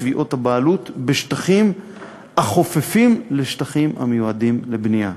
תביעות הבעלות בשטחים החופפים לשטחים המיועדים לבנייה.